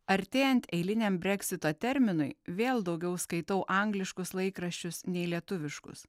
artėjant eiliniam breksito terminui vėl daugiau skaitau angliškus laikraščius nei lietuviškus